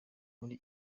muri